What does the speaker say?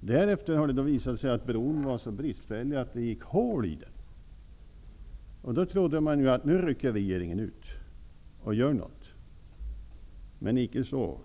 Därefter har det visat sig att bron är så bristfällig att det har gått hål i den. Då trodde man att regeringen skulle rycka ut och göra någonting, men icke så.